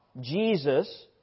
Jesus